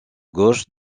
gauche